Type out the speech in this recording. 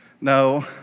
no